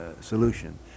solution